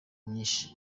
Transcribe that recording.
myinshi